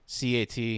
CAT